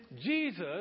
Jesus